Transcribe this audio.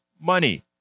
money